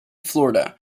florida